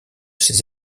ses